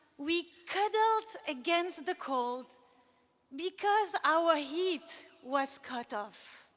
we cuddled against the cold because our heat was cut off.